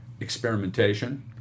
experimentation